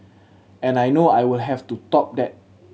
and I know I will have to top that